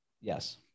yes